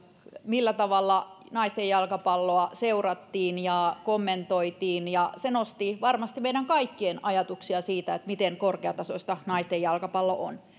millä tavalla naisten jalkapalloa seurattiin ja kommentoitiin ja se nosti varmasti meidän kaikkien ajatuksia siitä miten korkeatasoista naisten jalkapallo on